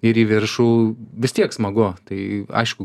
ir į viršų vis tiek smagu tai aišku